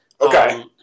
Okay